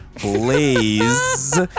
Blaze